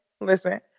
listen